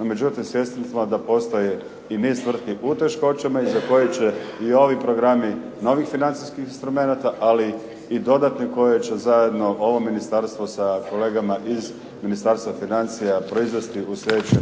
međutim, svjesni smo da postoje i niz tvrtki i u teškoćama i za koje će i ovi programi novih financijskih instrumenata, ali i dodatni koje će zajedno ovo Ministarstvo sa kolegama iz Ministarstva financija proizvesti u sljedećim